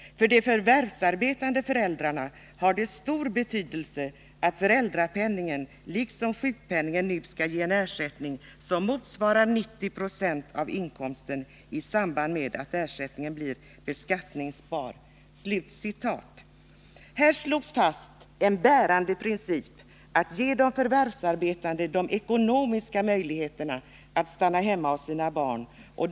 För de förvärvsarbetande föräldrarna har det stor betydelse att föräldrapenningen liksom sjukpenningen nu skall ge en ersättning som motsvarar 90 procent av inkomsten i samband med att ersättningen blir beskattningsbar.” I detta uttalande slogs fast en bärande princip, nämligen att ge de förvärvsarbetande de ekonomiska möjligheterna att stanna hemma hos sina barn.